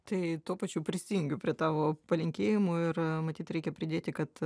tai tuo pačiu prisijungiu prie tavo palinkėjimų ir matyt reikia pridėti kad